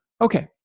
Okay